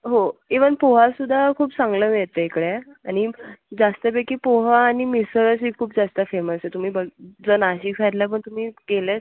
हो इव्हन पोहा सुद्धा खूप चांगलं मिळते इकडे आणि जास्तपैकी पोहा आणि मिसळ ही खूप जास्त फेमस आहे तुम्ही बघ जर नाशिक साईडला पण तुम्ही गेले आहेत